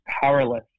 powerless